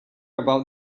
about